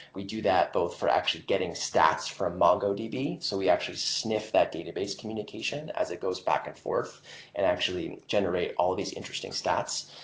we do that both for actually getting stats from mongodb. so we actually sniff that database communication as it goes back and forth and actually generate all of these interesting stats.